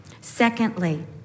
Secondly